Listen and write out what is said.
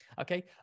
okay